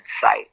sight